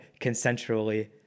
Consensually